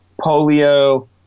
polio